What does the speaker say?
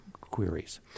queries